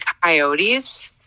coyotes